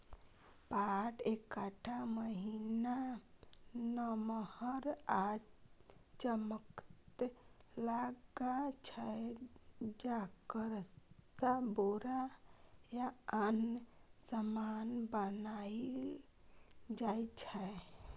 पाट एकटा महीन, नमहर आ चमकैत ताग छै जकरासँ बोरा या आन समान बनाएल जाइ छै